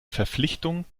verpflichtung